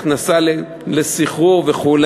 הכנסה לסחרור וכו',